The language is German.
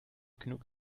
genug